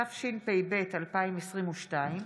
התשפ"ב 2022,